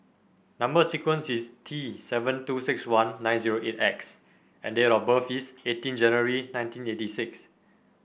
number sequence is T seven two six one nine zero eight X and date of birth is eighteen January nineteen eighty six